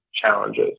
challenges